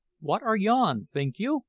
what are yon, think you?